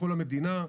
המדינה.